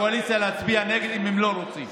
הקואליציה, להצביע נגד אם הם לא רוצים.